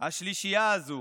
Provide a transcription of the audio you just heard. השלישייה הזו